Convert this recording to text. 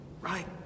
Right